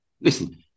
listen